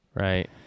Right